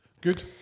Good